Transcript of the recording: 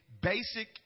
basic